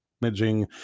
managing